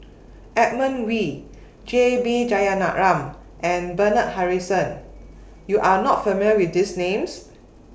Edmund Wee J B Jeyaretnam and Bernard Harrison YOU Are not familiar with These Names